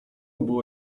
było